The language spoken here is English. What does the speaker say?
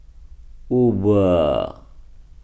Uber